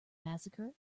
massacre